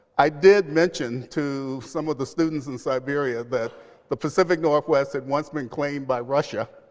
i did mention to some of the students in siberia that the pacific northwest had once been claimed by russia.